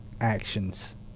actions